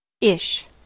Ish